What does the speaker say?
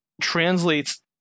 translates